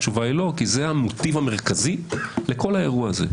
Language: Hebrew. התשובה היא "לא" כי זה המוטיב המרכזי לכל האירוע הזה.